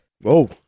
Whoa